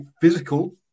physical